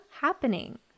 happening